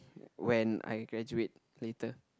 when I graduate later